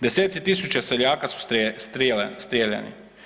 Deseci tisuća seljaka su strjeljani.